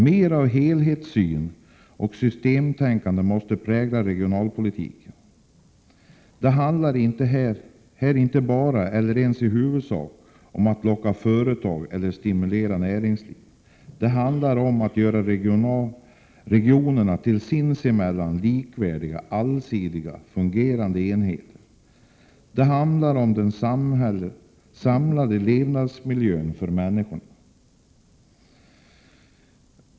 Mer av helhetssyn och systemtänkande måste prägla regionalpolitiken. Det handlar här inte enbart — eller ens huvudsakligen — om att locka till sig företag eller att stimulera näringslivet. Det handlar om att göra regionerna till sinsemellan likvärdiga och allsidigt fungerande enheter. Det handlar om levnadsmiljön för människor.